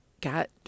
got